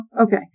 Okay